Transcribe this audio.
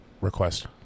request